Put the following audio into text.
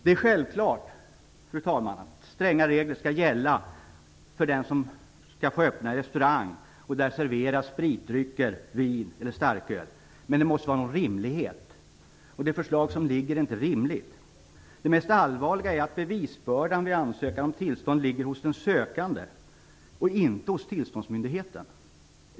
Det är självklart, fru talman, att stränga regler skall gälla för den som skall få öppna restaurang där det serveras spritdrycker, vin eller starköl. Men det måste vara någon rimlighet. Det förslag som föreligger är inte rimligt. Det mest allvarliga är att bevisbördan vid ansökan om tillstånd ligger hos den sökande och inte hos tillståndsmyndigheten.